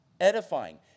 edifying